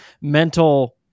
mental